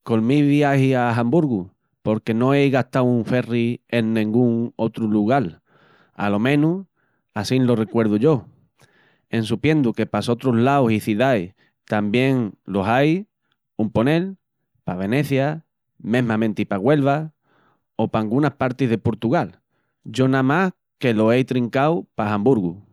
Col mi viagi a Hamburgu porque no ei gastau un ferri en nengún otru lugal, alo menus, assín lo recuerdu yo. Ensupiendu que pa sotrus laus i cidais tamién los ai, un ponel, pa Venecia, mesmamenti pa Güelva, o pa angunas partis de Purtugal, yo namás que lo ei trincau pa Hamburgu.